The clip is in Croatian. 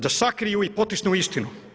Da sakriju i potisnu istinu.